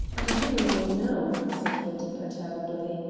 i really don't know, said brett imperturbably.